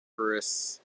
chris